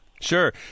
Sure